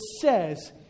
says